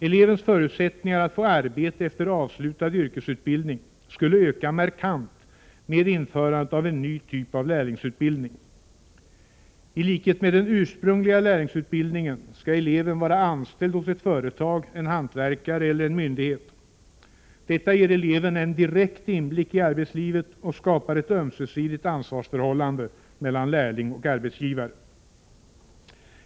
Elevens förutsättningar att få arbete efter avslutad yrkesutbildning skulle öka markant med införandet av en ny typ av lärlingsutbildning. I likhet med den ursprungliga lärlingsutbildningen skall eleven vara anställd hos ett företag, en hantverkare eller en myndighet. Detta ger eleven en direkt inblick i arbetslivet och skapar ett ömsesidigt ansvarsförhållande mellan lärling och arbetsgivare.